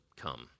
come